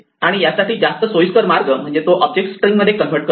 आणि यासाठी जास्त सोयीस्कर मार्ग म्हणजे तो ऑब्जेक्ट स्ट्रिंग मध्ये कन्व्हर्ट करणे